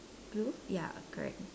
blue ya correct